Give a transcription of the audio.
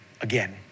again